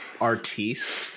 artiste